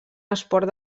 esport